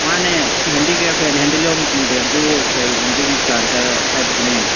ꯃꯥꯅꯦ ꯍꯦꯟꯗꯤꯀ꯭ꯔꯦꯐ ꯑꯦꯟ ꯍꯦꯟꯗꯤꯂꯨꯝ ꯕꯦꯝꯕꯨ ꯀꯩ ꯍꯦꯡꯒꯤꯡ ꯄ꯭ꯂꯥꯟꯇꯔ ꯍꯥꯏꯕꯗꯨꯅꯦ